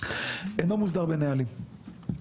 אינו מוסדר בנהלים,